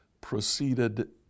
proceeded